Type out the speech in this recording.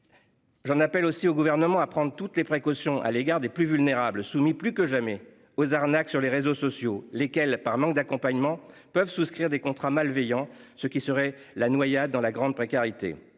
J'en appelle aussi au gouvernement à prendre toutes les précautions à l'égard des plus vulnérables soumis plus que jamais aux arnaques sur les réseaux sociaux. Lesquels, par manque d'accompagnement peuvent souscrire des contrats malveillants. Ce qui serait la noyade dans la grande précarité.